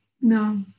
no